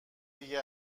دیگه